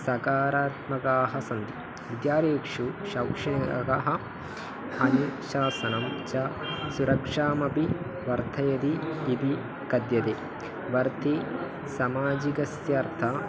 सकारात्मकाः सन्ति विद्यालयेषु शैक्षणिकः अनुशासनं च सुरक्षामपि वर्धयति इति कथ्यते वर्ति सामाजिकस्य अर्थः